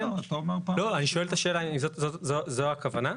אני שואל את השאלה, זו הכוונה?